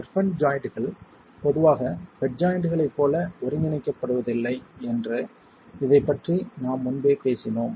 பெர்பென்ட் ஜாய்ண்ட்கள் பொதுவாக பெட் ஜாய்ண்ட்களைப் போல ஒருங்கிணைக்கப்படுவதில்லை என்று இதைப் பற்றி நாம் முன்பே பேசினோம்